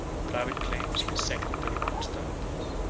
the private claims of his secretary constantius.